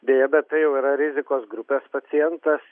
deja bet tai jau yra rizikos grupės pacientas